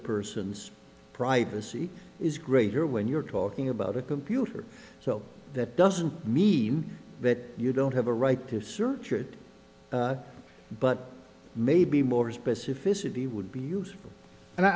person's privacy is greater when you're talking about a computer so that doesn't mean that you don't have a right to search or it but maybe more specific city would be used and i